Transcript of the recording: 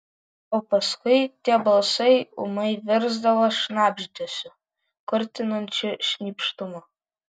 o paskui tie balsai ūmai virsdavo šnabždesiu kurtinančiu šnypštimu